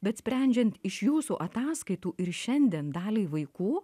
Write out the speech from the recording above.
bet sprendžiant iš jūsų ataskaitų ir šiandien daliai vaikų